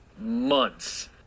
months